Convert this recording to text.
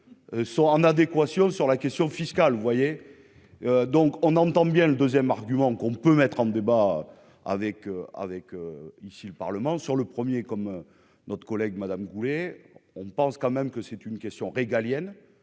sont en adéquation sur la question fiscale, voyez donc on entend bien le 2ème argument qu'on peut mettre en débat avec avec ici le Parlement sur le premier comme notre collègue Madame Goulet on pense quand même que c'est une questions régaliennes